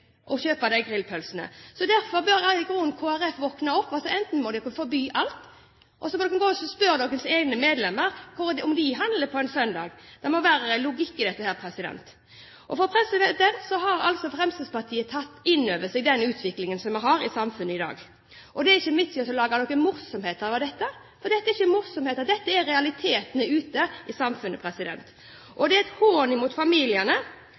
å kjøpe grillpølser, men da kan vi gå i butikken i butikken og kjøpe de grillpølsene. Derfor bør i grunnen Kristelig Folkeparti våkne opp. Enten må de forby alt, eller så kan de spørre sine egne medlemmer om de handler på en søndag. Det må være logikk i dette. Fremskrittspartiet har tatt inn over seg den utviklingen vi har i samfunnet i dag. Det er ingen vits i å lage noen morsomheter av dette. Dette er ikke morsomheter, dette er realitetene ute i samfunnet. Det er en hån mot familiene